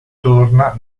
torna